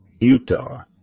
Utah